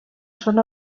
són